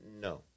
no